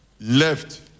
left